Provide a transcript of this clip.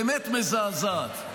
באמת מזעזעת,